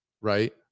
right